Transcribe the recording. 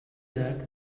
that